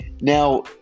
now